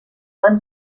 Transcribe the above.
van